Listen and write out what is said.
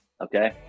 okay